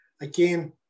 again